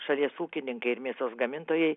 šalies ūkininkai ir mėsos gamintojai